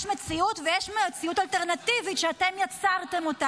יש מציאות שכולכם מתעלמים ממנה.